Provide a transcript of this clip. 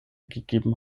gegeben